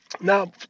Now